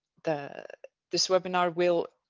the this webinar will